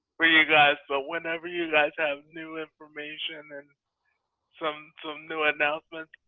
for you guys. but whenever you guys have new information and some some new announcements,